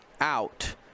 out